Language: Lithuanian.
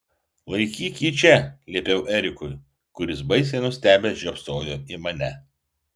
laikyk jį čia liepiau erikui kuris baisiai nustebęs žiopsojo į mane